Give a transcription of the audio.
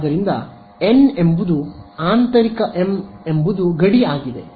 ಆದ್ದರಿಂದ n ಎಂಬುದು ಆಂತರಿಕ m ಎಂಬುದು ಗಡಿ ಆಗಿದೆ